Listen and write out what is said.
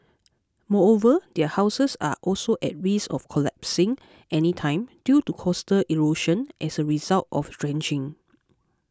moreover their houses are also at risk of collapsing anytime due to coastal erosion as a result of dredging